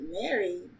married